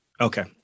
Okay